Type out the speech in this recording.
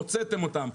הוצאתם אותם.